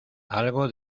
algo